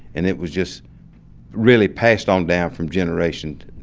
and it was just really passed on down from generation,